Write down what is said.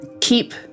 keep